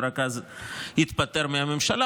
ורק אז התפטר מהממשלה,